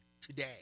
today